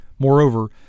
Moreover